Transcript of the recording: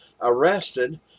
arrested